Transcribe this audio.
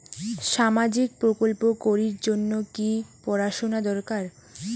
সামাজিক প্রকল্প করির জন্যে কি পড়াশুনা দরকার?